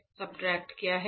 substrate क्या है